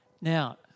Now